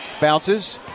Bounces